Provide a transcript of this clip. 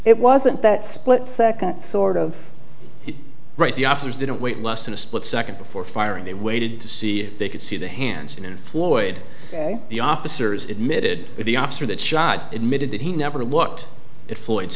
it wasn't that split second sort of right the officers didn't wait less than a split second before firing they waited to see if they could see the hands and floored the officers admitted that the officer that shot admitted that he never looked